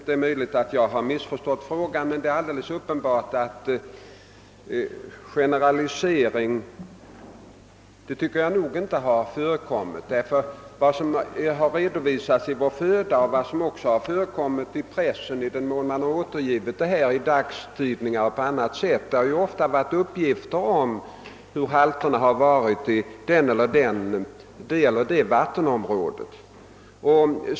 : Det är möjligt att j jag missförstått frågan, men det är alldeles uppenbart att någon generalisering inte har skett. Vad som redovisats i Vår föda och vad som också förekommit :i pressen, i den mån dessa frågor behandlats där, har varit uppgifter om kvicksilverhalterna i vissa bestämda: vattenområden.